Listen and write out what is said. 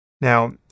Now